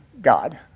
God